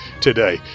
today